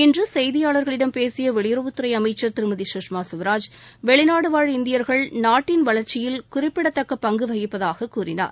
இன்று செய்தியாளர்களிடம் பேசிய வெளியுறவுத்துறை அமைச்சர் திருமதி சுஷ்மா ஸ்வராஜ் வெளிநாடு வாழ் இந்தியர்கள் நாட்டின் வளர்ச்சியில் குறிப்பிடத்தக்க பங்கு வகிப்பதாக கூறினார்